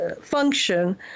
function